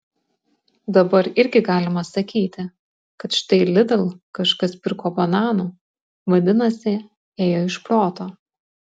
dabar irgi galima sakyti kad štai lidl kažkas pirko bananų vadinasi ėjo iš proto